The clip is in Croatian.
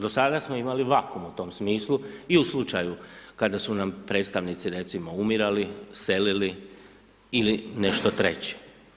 Do sada smo imali vakum u tom smislu i u slučaju kada su nam predstavnici, recimo, umirali, selili ili nešto treće.